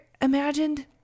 imagined